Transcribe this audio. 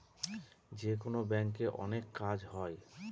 যেকোনো ব্যাঙ্কে অনেক কাজ হয়